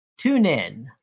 TuneIn